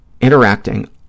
interacting